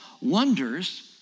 wonders